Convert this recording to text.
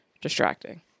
distracting